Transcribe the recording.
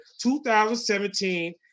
2017